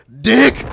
dick